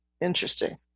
Interesting